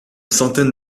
centaine